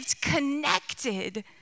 connected